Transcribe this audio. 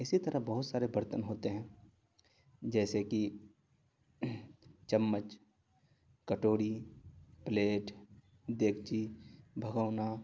اسی طرح بہت سارے برتن ہوتے ہیں جیسے کہ چمچ کٹوری پلیٹ دیگچی بھگونا